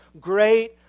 great